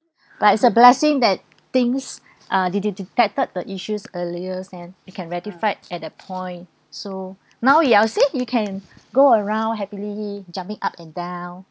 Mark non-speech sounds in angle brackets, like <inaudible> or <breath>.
<breath> but it's a blessing that things <breath> uh de~ de~ detected the issues earlier and it can rectified at a point so <breath> now you are see you can <breath> go around happily jumping up and down